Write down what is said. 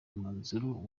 umwanzuro